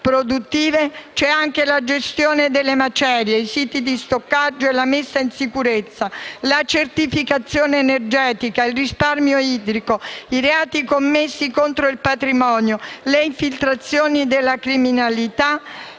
produttive, c'è anche la gestione delle macerie ed i siti di stoccaggio, la messa in sicurezza, la certificazione energetica, il risparmio idrico, i reati commessi contro il patrimonio e le infiltrazioni della criminalità